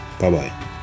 Bye-bye